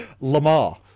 Lamar